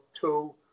two